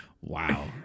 Wow